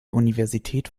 universität